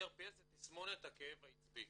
CRPS זה תסמונת הכאב העצבי.